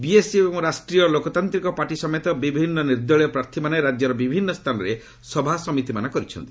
BSP ଏବଂ Rashtriya Loktantrik party ସମେତ ବିଭିନ୍ନ ନିର୍ଦ୍ଦଳୀୟ ପ୍ରାର୍ଥୀମାନେ ରାଜ୍ୟର ବିଭିନ୍ନ ସ୍ଥାନରେ ସଭାସମିତିମାନ କରିଛନ୍ତି